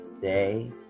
say